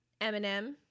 Eminem